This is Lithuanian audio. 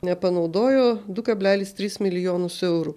nepanaudojo du kablelis trys milijonus eurų